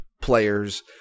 players